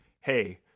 Hey